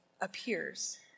appears